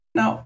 no